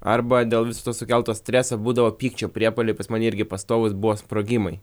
arba dėl viso to sukelto streso būdavo pykčio priepuoliai pas mane irgi pastovūs buvo sprogimai